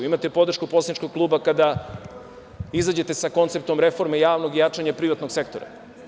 Imate podršku poslaničkog kluba kada izađete sa konceptom reformi javnog i jačanje privatnog sektora.